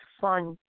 fun